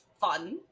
fun